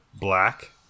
black